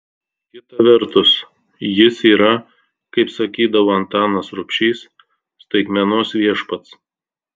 kita vertus jis yra kaip sakydavo antanas rubšys staigmenos viešpats